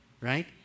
right